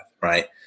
Right